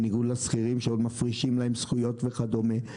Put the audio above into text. בניגוד לשכירים שמפרישים להם זכויות וכדומה.